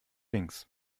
links